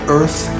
earth